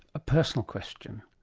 a personal question